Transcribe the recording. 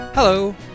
Hello